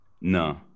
No